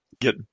get